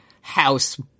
house